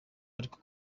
ariko